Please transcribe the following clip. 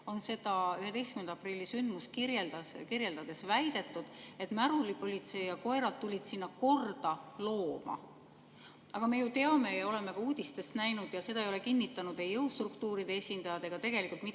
on seda 11. aprilli sündmust kirjeldades väidetud, et märulipolitsei ja koerad tulid sinna korda looma. Aga me ju teame ja oleme ka uudistest näinud[, mis seal toimus]. Seda ei ole kinnitanud ei jõustruktuuride esindajad ega tegelikult mitte